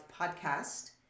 podcast